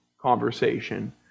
conversation